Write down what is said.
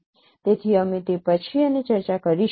તેથી અમે તે પછી અને ચર્ચા કરીશું